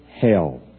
hell